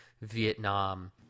Vietnam